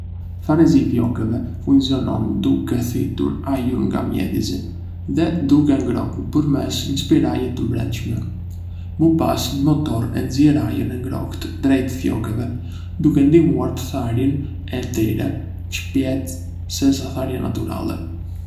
Tharësi i flokëve funksionon duke thithur ajër nga mjedisi dhe duke e ngrohur përmes një spiraleje të brendshme. Më pas, një motor e nxjerr ajrin e ngrohtë drejt flokëve, duke ndihmuar në tharjen e tyre më shpejt sesa tharja natyrale.